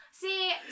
See